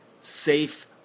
safe